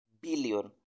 billion